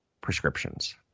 prescriptions